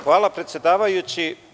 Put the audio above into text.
Hvala predsedavajući.